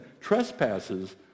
Trespasses